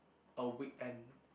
a weekend